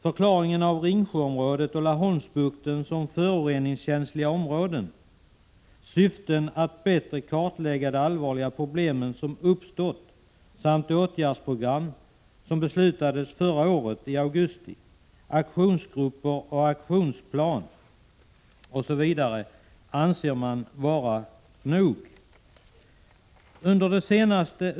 Förklaringen av Ringsjöområdet och Laholmsbukten som föroreningskänsliga områden, syftet att bättre kartlägga de allvarliga problem som uppstått, åtgärdsprogram som beslutades i augusti förra året, aktionsgrupper, aktionsplaner osv. anser man vara nog.